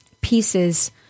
pieces